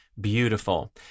Beautiful